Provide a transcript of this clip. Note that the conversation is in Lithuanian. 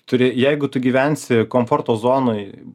turi jeigu tu gyvensi komforto zonoj